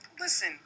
Listen